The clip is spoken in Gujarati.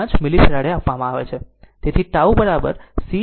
5 મિલિફેરાડે આપવામાં આવે છે